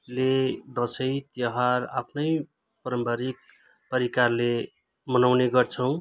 ले दसैँ तिहार आफ्नै पारम्परिक प्रकारले मनाउने गर्छौँ